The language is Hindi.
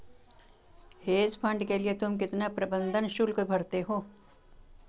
हेज फंड के लिए तुम कितना प्रबंधन शुल्क भरते हो?